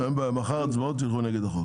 אין בעיה, מחר הצבעות תלכו נגד החוק.